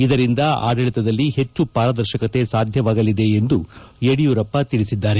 ಇದರಿಂದ ಆಡಳಿತದಲ್ಲಿ ಹೆಚ್ಚು ಪಾರದರ್ಶಕತೆ ಸಾಧ್ಯವಾಗಲಿದೆ ಎಂದು ಯಡಿಯೂರಪ್ಪ ತಿಳಿಸಿದ್ದಾರೆ